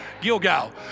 Gilgal